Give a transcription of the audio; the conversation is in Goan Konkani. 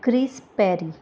crease Perry